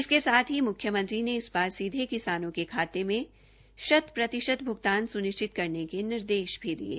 इसके साथ ही मुख्यमंत्री ने इस बार सीधे किसानों के खाते में शत प्रतिषत भुगतान सुनिष्वित करने के निर्देष भी दिये